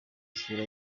isura